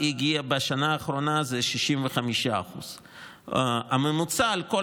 בשנה האחרונה, זה הגיע ל-65%.